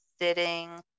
sitting